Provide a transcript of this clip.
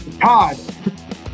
Todd